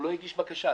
הוא לא הגיש בקשה,